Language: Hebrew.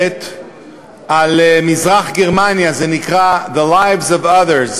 על מזרח-גרמניה שנקרא "The Lives of Others",